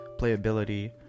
playability